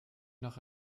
noch